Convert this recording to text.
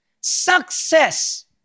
Success